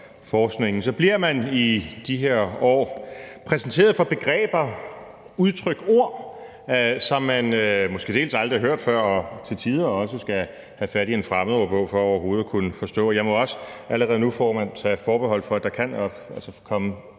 bliver man i de her år præsenteret for begreber, udtryk, ord, som man måske aldrig før har hørt, og som man til tider også skal have fat i en fremmedordbog for overhovedet at kunne forstå, og jeg må også allerede nu, formand, tage forbehold for, at der altså kan komme